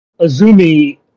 Azumi